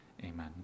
Amen